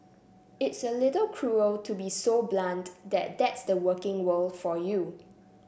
it's a little cruel to be so blunt but that's the working world for you